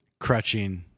crutching